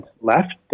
left